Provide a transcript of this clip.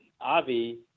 Avi